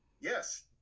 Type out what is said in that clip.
Yes